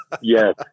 Yes